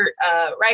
right